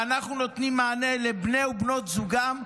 ואנחנו נותנים מענה לבנות ובני זוגם,